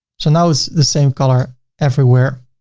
so now it's the same color everywhere.